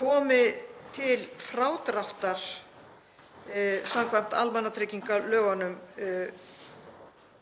komi til frádráttar samkvæmt almannatryggingalögunum